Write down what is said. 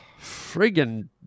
Friggin